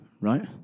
right